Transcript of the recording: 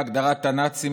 בהגדרת הנאצים,